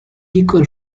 equal